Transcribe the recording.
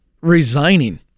resigning